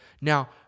Now